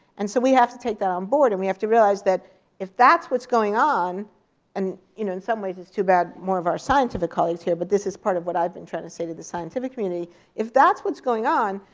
and so we have to take that on board, and we have to realize that if that's what's going on and you know in some ways it's too bad more of our scientific colleagues here, but this is part of what i've been trying to say to the scientific community if that's what's going on,